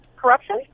corruption